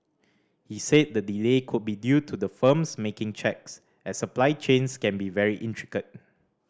he said the delay could be due to the firms making checks as supply chains can be very intricate